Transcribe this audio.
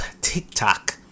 TikTok